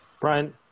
Brian